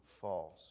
false